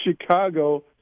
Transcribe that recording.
Chicago